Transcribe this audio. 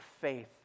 faith